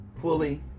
Fully